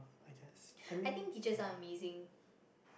I guess I mean ya